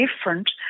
different